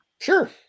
Sure